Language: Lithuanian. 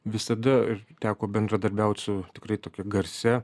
visada teko bendradarbiauti su tikrai tokia garsia